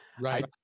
right